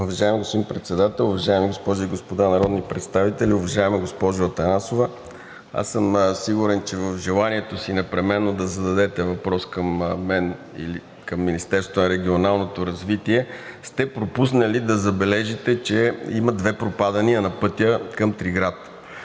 Уважаеми господин Председател, уважаеми госпожи и господа народни представители! Уважаема госпожо Атанасова, сигурен съм, че в желанието си непременно да зададете въпрос към мен или към Министерството на регионалното развитие сте пропуснали да забележите, че има две пропадания на пътя към Триград.